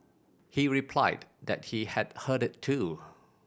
he replied that he had heard it too